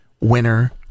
winner